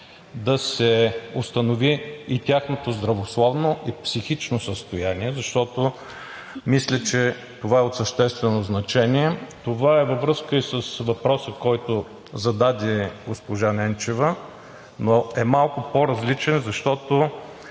към учениците тяхното здравословно и психично състояние, защото мисля, че това е от съществено значение? Това е във връзка и с въпроса, който зададе госпожа Ненчева, но е малко по-различен, защото